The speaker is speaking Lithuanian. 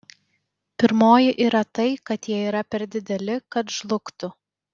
pirmoji yra tai kad jie yra per dideli kad žlugtų